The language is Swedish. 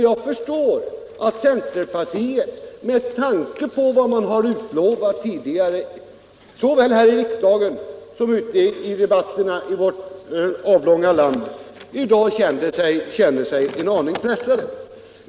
Jag förstår att centerpartiet, med tanke på vad man har utlovat tidigare såväl här i riksdagen som ute i debatterna i vårt avlånga land, i dag känner sig en aning pressat.